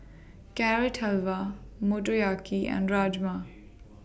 Carrot Halwa Motoyaki and Rajma